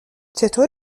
چطور